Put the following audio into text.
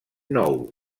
nou